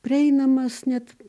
prieinamas net